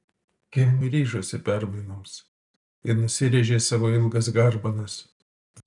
kim ryžosi permainoms ji nusirėžė savo ilgas garbanas